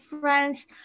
friends